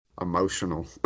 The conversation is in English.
emotional